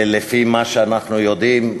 לפי מה שאנחנו יודעים,